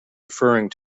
referring